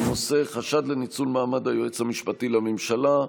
בנושא: חשד לניצול מעמד היועץ המשפטי לממשלה.